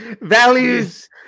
Values